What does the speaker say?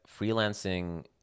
freelancing